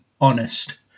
Honest